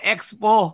Expo